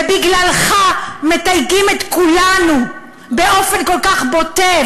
ובגללך מתייגים את כולנו באופן כל כך בוטה.